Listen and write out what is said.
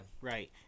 Right